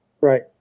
Right